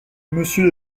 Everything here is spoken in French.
monsieur